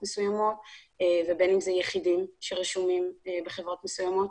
מסוימות ובין אם אלה יחידים שרשומים בחברות מסוימות,